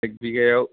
एक बिघायाव